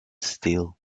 still